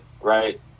right